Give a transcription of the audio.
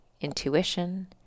intuition